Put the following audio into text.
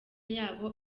yabo